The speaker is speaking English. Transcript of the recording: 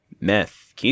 meth